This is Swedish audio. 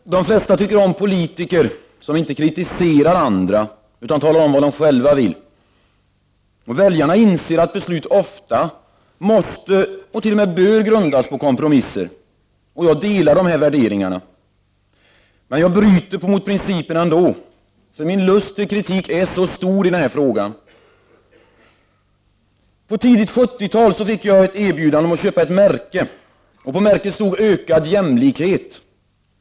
Herr talman! De flesta tycker om politiker som inte kritiserar andra utan som talar om vad de själva vill. Väljarna inser att beslut ofta måste och bör grundas på kompromisser. Jag delar dessa värderingar. Men jag bryter mot den principen ändå, eftersom jag har så stor lust att framföra kritik i den här frågan. Under tidigt 70-tal fick jag ett erbjudande om att köpa ett märke på vilket det stod Ökad jämlikhet.